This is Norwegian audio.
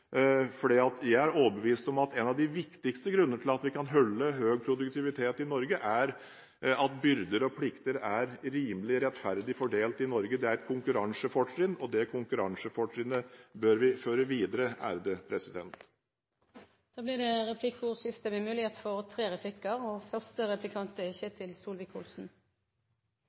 Jeg er overbevist om at en av de viktigste grunnene til at vi kan holde høy produktivitet i Norge, er at byrder og plikter er rimelig rettferdig fordelt. Det er et konkurransefortrinn, og det konkurransefortrinnet bør vi føre videre. Det blir replikkordskifte. La meg først slå fast at jeg tror at alle partier i denne salen ønsker å ha et rettferdig Norge. Det er